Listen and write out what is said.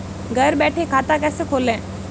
घर बैठे खाता कैसे खोलें?